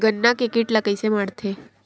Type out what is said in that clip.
गन्ना के कीट ला कइसे मारथे?